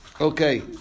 Okay